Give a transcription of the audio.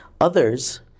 Others